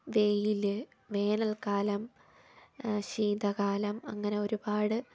വെയിൽ വേനൽക്കാലം ശീതകാലം അങ്ങനെ ഒരുപാട്